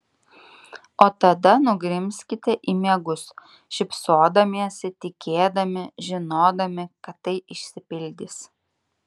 o tada nugrimzkite į miegus šypsodamiesi tikėdami žinodami kad tai išsipildys